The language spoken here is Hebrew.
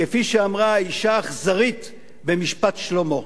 כפי שאמרה האשה האכזרית במשפט שלמה.